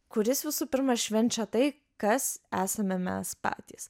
kuris visų pirma švenčia tai kas esame mes patys